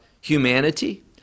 humanity